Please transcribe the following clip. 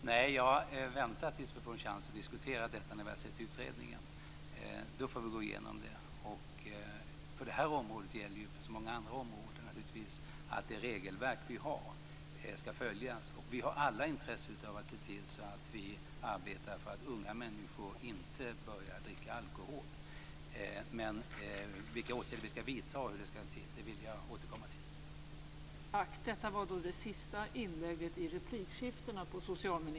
Fru talman! Nej, jag väntar med att diskutera detta tills vi har sett utredningen. På det här området, som på så många andra områden, gäller att det regelverk som finns ska följas. Vi har alla ett intresse av att se till att vi arbetar för att unga människor inte börjar dricka alkohol. Men vilka åtgärder som ska vidtas vill jag återkomma till.